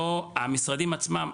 המשרדים עצמם,